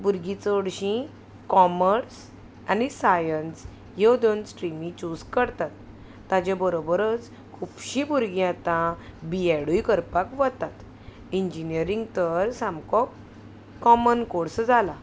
भुरगीं चडशीं कॉमर्स आनी सायन्स ह्यो दोन स्ट्रिमी चूज करतात ताचे बरोबरूच खुबशीं भुरगीं आतां बीएडूय करपाक वतात इंजिनियरींग तर सामको कॉमन कोर्स जाला